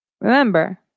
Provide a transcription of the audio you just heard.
Remember